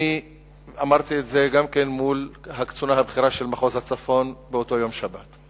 אני אמרתי את זה גם מול הקצונה הבכירה של מחוז הצפון באותו יום שבת.